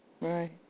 Right